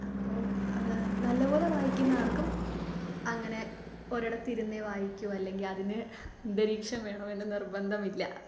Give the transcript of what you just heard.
അപ്പോൾ നല്ലപോലെ വായിക്കുന്ന ആർക്കും അങ്ങനെ ഒരിടത്തിരുന്നെ വായിക്കു അല്ലെങ്കിൽ അതിന് അന്തരീക്ഷം വേണമെന്നു നിർബന്ധമില്ല